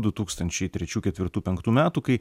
du tūkstančiai trečių ketvirtų penktų metų kai